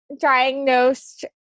Diagnosed